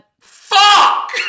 Fuck